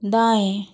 दाएँ